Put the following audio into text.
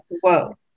Whoa